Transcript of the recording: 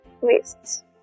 wastes